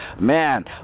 Man